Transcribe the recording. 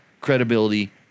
credibility